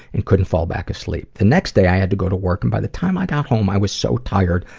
and couldn't fall back asleep. the next day i had to go to work and by the time i got home, i was so tired,